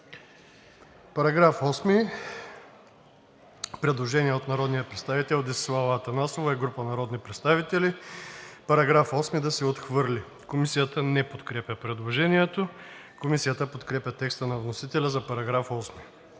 Параграф 9 – предложение от народния представител Десислава Атанасова и група народни представители – параграф 9 да се отхвърли. Комисията не подкрепя предложението. Комисията подкрепя текста на вносителя за § 9.